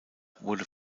wurde